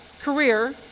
career